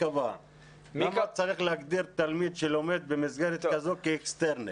למה צריך להגדיר תלמיד שלומד במסגרת כזו כאקסטרני?